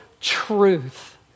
truth